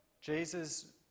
Jesus